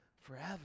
forever